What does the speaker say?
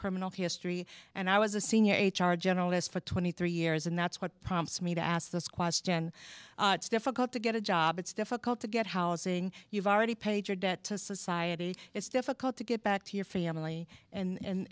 criminal history and i was a senior aide charge general as for twenty three years and that's what prompts me to ask this question difficult to get a job it's difficult to get housing you've already paid your debt to society it's difficult to get back to your family and